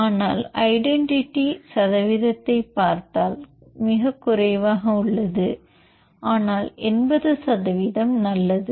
ஆனால் ஐடென்டிட்டி சதவீதத்தை பார்த்தால் குறைவாக உள்ளது ஆனால் 89 சதவீதம் நல்லது